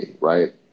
Right